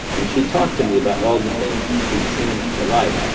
and she talked to me about all the things that she'd seen in her life,